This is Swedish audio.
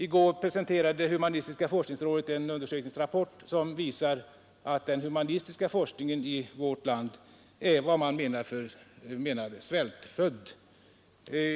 I går presenterade humanistiska forskningsrådet en undersökningsrapport som visar att den humanistiska forskningen i vårt land måste betraktas som svältfödd.